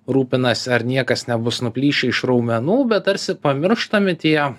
rūpinasi ar niekas nebus nuplyšę iš raumenų bet tarsi pamirštami tie